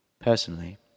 Personally